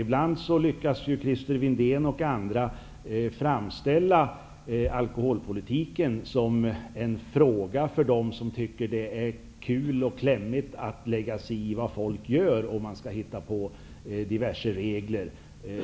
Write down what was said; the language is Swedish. Ibland lyckas Christer Windén och andra framställa alkoholpolitiken som en fråga för dem som tycker att det är kul och klämmigt att lägga sig i vad folk gör och att försöka hitta på diverse regler.